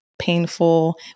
painful